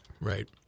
Right